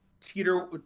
teeter